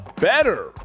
better